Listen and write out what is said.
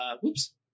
whoops